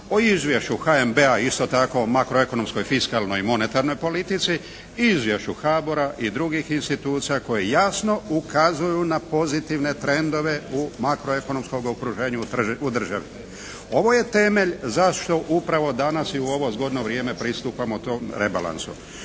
o izvješću HNB-a isto tako makro ekonomskoj fiskalnoj i monetarnoj politici i izvješću HBOR-a i drugih institucija koji jasno ukazuju na pozitivne trendove u makro ekonomskom okruženju u državi. Ovo je temelj zašto upravo danas i u ovo zgodno vrijeme pristupamo tom rebalansu.